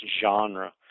genre